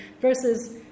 versus